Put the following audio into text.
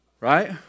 Right